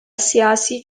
siyasi